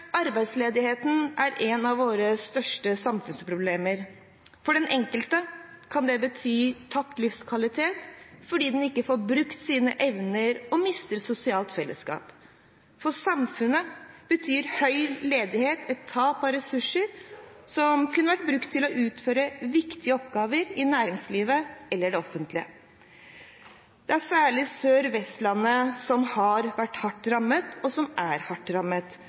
Arbeidsledigheten er et av våre største samfunnsproblemer. For den enkelte kan det bety tapt livskvalitet fordi man ikke får brukt sine evner og mister sosialt fellesskap. For samfunnet betyr høy ledighet et tap av ressurser som kunne vært brukt til å utføre viktige oppgaver i næringslivet eller i det offentlige. Det er særlig Sør-Vestlandet som har vært hardt rammet, og som er hardt rammet,